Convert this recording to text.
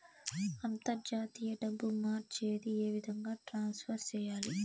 అంతర్జాతీయ డబ్బు మార్చేది? ఏ విధంగా ట్రాన్స్ఫర్ సేయాలి?